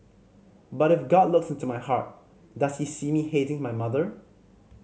but if God looks into my heart does he see me hating my mother